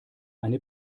eine